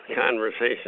conversation